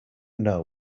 know